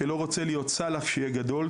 שלא רוצה להיות סאלח כשיהיה גדול,